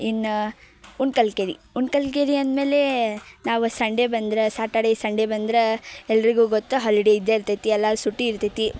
ಇನ್ನು ಉಣ್ಕಲ್ಕೆರೆ ಉಣ್ಕಲ್ಕೆರೆ ಅಂದಮೇಲೆ ನಾವು ಸಂಡೇ ಬಂದ್ರೆ ಸ್ಯಾಟರ್ಡೇ ಸಂಡೆ ಬಂದ್ರೆ ಎಲ್ಲರಿಗೂ ಗೊತ್ತು ಹಾಲಿಡೇ ಇದ್ದೇ ಇರ್ತೈತಿ ಎಲ್ಲಾರ್ಗೆ ಸೂಟಿ ಇರ್ತೈತಿ